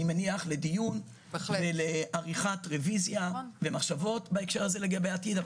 אני מניח" לדיון ולעריכת רביזיה ולמחשבות בהקשר הזה לגבי העתיד,